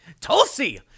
Tulsi